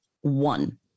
One